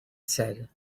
said